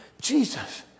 Jesus